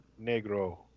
negro